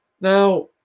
Now